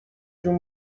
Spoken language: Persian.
جون